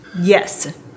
Yes